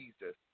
Jesus